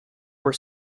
were